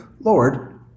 Lord